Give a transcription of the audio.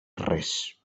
res